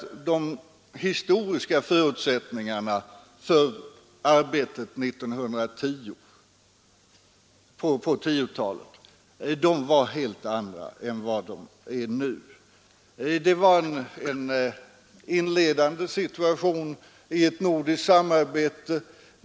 De historiska förutsättningarna för arbetet på 1910-talet var helt andra än vad de är nu. Man befann sig i en inledande situation i ett nordiskt samarbete.